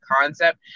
concept